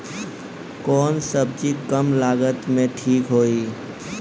कौन सबजी कम लागत मे ठिक होई?